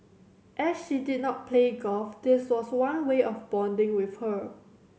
as she did not play golf this was one way of bonding with her